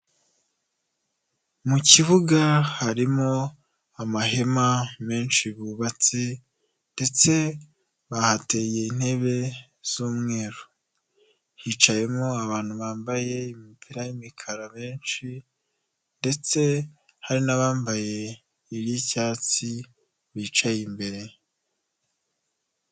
Mu kibuga harimo amahema menshi bubatse, ndetse bahateye intebe z'umweru, hicayemo abantu bambaye imipira y'imikara benshi, ndetse hari n'abambaye iy'icyatsi bicaye imbere.